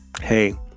Hey